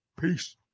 Peace